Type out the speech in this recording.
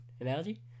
analogy